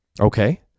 Okay